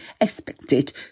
expected